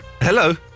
Hello